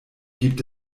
gibt